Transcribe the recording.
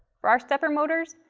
for our stepper motors,